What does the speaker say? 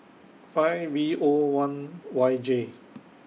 five V O one Y J